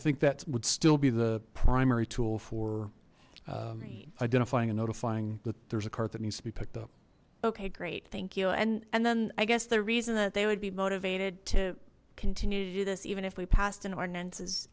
think that would still be the primary tool for identifying and notifying that there's a cart that needs to be picked up okay great thank you and and then i guess the reason that they would be motivated to continue to do this even if we passed an ordinance